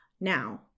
Now